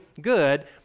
good